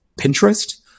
Pinterest